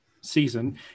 season